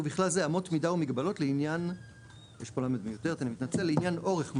ובכלל זה אמות מידה ומגבלות לעניין אורך מסלול,